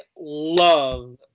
love